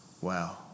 Wow